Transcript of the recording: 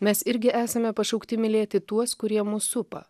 mes irgi esame pašaukti mylėti tuos kurie mus supa